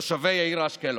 לתושבי העיר אשקלון.